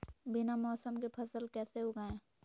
बिना मौसम के फसल कैसे उगाएं?